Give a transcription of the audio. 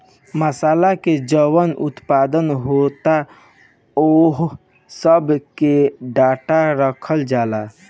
मासाला के जवन उत्पादन होता ओह सब के डाटा रखल जाता